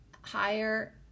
higher